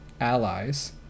allies